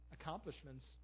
accomplishments